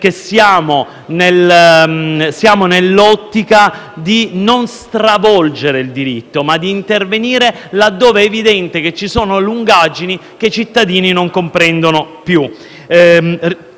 L'ottica è quella di non stravolgere il diritto ma di intervenire laddove è evidente che vi sono lungaggini che i cittadini non comprendono più.